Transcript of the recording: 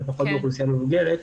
ופחות באוכלוסייה מבוגרת,